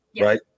right